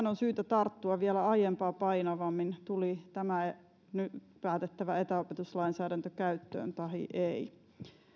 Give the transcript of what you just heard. on syytä tarttua vielä aiempaa painavammin tuli tämä nyt päätettävä etäopetuslainsäädäntö käyttöön tahi ei